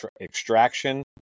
Extraction